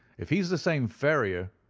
if he's the same ferrier,